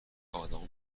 آدما